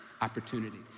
opportunities